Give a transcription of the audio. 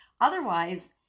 otherwise